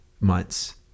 months